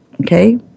okay